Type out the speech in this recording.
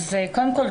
קודם כל,